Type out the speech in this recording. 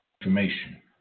information